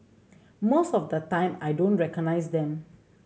most of the time I don't recognise them